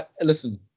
Listen